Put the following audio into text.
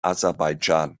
aserbaidschan